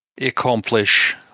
accomplish